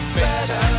better